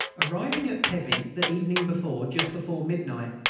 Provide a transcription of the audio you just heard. arriving at pevy the evening before, just before midnight,